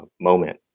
moment